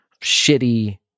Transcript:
shitty